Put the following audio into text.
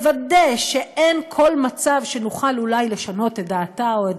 לוודא שאין כל מצב שנוכל אולי לשנות את דעתה או את